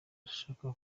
arashaka